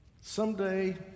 someday